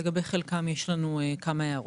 לגבי חלקם, יש לנו כמה הערות.